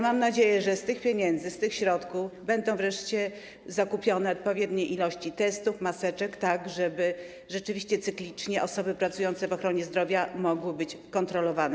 Mam nadzieję, że z tych pieniędzy, z tych środków będą wreszcie zakupione odpowiednie ilości testów, maseczek, żeby rzeczywiście cyklicznie osoby pracujące w ochronie zdrowia mogły być kontrolowane.